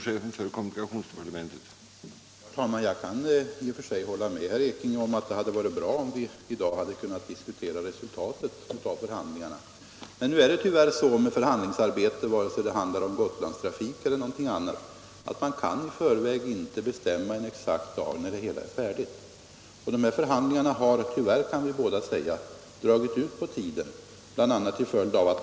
herr Magnussons i Kristinehamn den 15 oktober anmälda fråga, Om information 1975/76:20, och anförde: rörande handikap Herr talman!